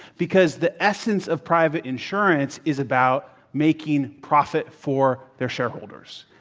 because the essence of private insurance is about making profit for their shareholders.